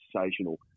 sensational